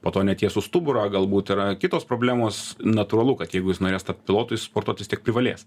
po to netiesų stuburą galbūt yra kitos problemos natūralu kad jeigu jis norės tapt pilotu jis sportuot vis tiek privalės